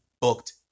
booked